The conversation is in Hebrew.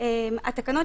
התקנות,